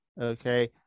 Okay